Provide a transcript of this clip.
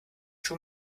too